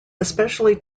especially